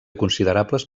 considerables